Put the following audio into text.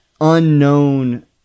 unknown